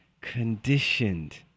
conditioned